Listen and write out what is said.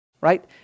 right